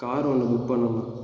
car ஒன்று book பண்ணணும்